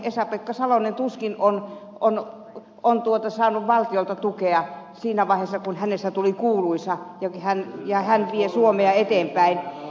esa pekka salonen tuskin on saanut valtiolta tukea siinä vaiheessa kun hänestä tuli kuuluisa ja hän vie suomea eteenpäin